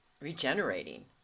regenerating